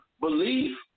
belief